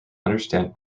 understand